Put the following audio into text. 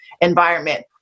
environment